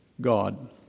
God